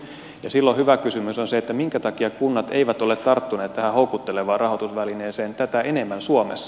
ja silloin hyvä kysymys on se minkä takia kunnat eivät ole tarttuneet tähän houkuttelevaan rahoitusvälineeseen tätä enemmän suomessa